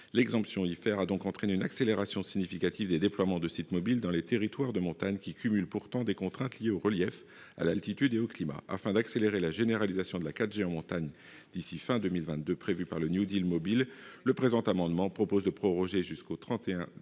L'exemption d'IFER a donc entraîné une accélération significative des déploiements de sites mobiles dans les territoires de montagne, qui cumulent pourtant des contraintes liées au relief, à l'altitude et au climat. Afin d'accélérer la généralisation de la 4G en montagne d'ici à la fin de l'année 2022 prévue par le mobile, le présent amendement vise à proroger au 31 décembre